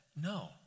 No